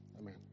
Amen